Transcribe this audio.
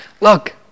look